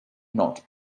not